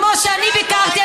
כמו שאני ביקרתי,